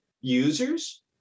users